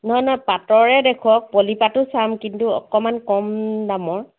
নহয় নহয় পাটৰে দেখুৱাওঁক পলিপাটো চাম কিন্তু অকণমান কম দামৰ